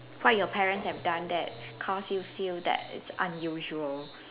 what your parents have done that cause you feel that it's unusual